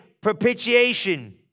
propitiation